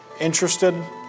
interested